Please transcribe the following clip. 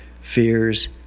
fears